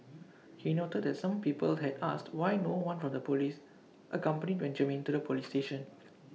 he noted that some people had asked why no one from the Police accompanied Benjamin to the Police station